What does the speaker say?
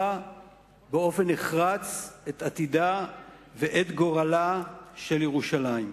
באופן נחרץ את עתידה ואת גורלה של ירושלים.